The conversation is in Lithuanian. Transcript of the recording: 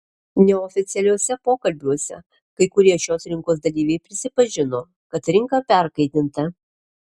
neoficialiuose pokalbiuose kai kurie šios rinkos dalyviai prisipažino kad rinka perkaitinta